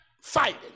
fighting